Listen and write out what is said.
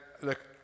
look